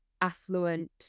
affluent